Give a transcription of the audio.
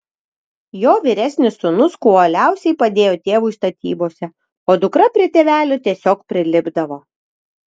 jo vyresnis sūnus kuo uoliausiai padėjo tėvui statybose o dukra prie tėvelio tiesiog prilipdavo